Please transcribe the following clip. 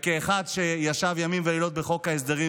וכאחד שישב ימים ולילות בחוק ההסדרים